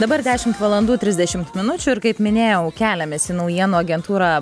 dabar dešimt valandų trisdešimt minučių ir kaip minėjau keliamės į naujienų agentūrą